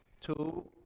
two